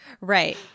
Right